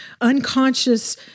unconscious